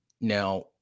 Now